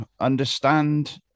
understand